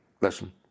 listen